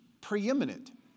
preeminent